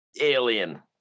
Alien